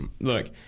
look –